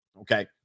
okay